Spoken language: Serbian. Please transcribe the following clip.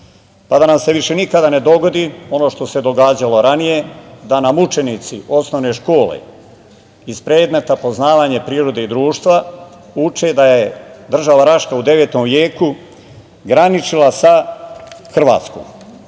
pa da nam se više nikada ne dogodi ono što se događalo ranije da nam učenici osnovne škole iz predmeta - Poznavanje prirode i društva uče da je država Raška u 9. veku graničila sa Hrvatskom.